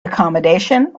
accommodation